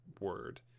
word